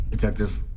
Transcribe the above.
Detective